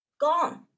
gone